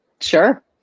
Sure